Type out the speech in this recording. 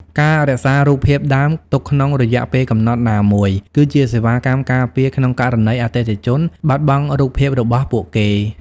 ការរក្សារូបភាពដើម ទុកក្នុងរយៈពេលកំណត់ណាមួយ គឺជាសេវាកម្មការពារក្នុងករណីអតិថិជនបាត់បង់រូបភាពរបស់ពួកគេ។